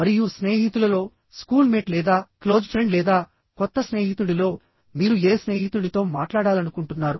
మరియు స్నేహితులలోస్కూల్మేట్ లేదా క్లోజ్ ఫ్రెండ్ లేదా కొత్త స్నేహితుడిలో మీరు ఏ స్నేహితుడితో మాట్లాడాలనుకుంటున్నారు